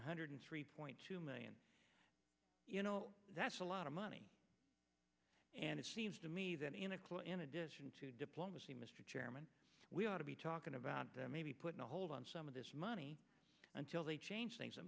one hundred three point two million you know that's a lot of money and it seems to me that in a clue in addition to diplomacy mr chairman we ought to be talking about that maybe putting a hold on some of this money until they change things i